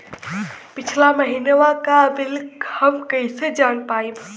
पिछला महिनवा क बिल हम कईसे जान पाइब?